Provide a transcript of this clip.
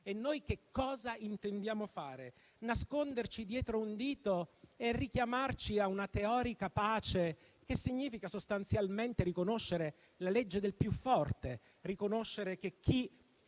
E noi che cosa intendiamo fare? Nasconderci dietro un dito e richiamarci a una teorica pace, che significa sostanzialmente riconoscere la legge del più forte, riconoscere che chi